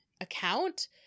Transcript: account